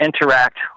interact